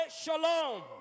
Shalom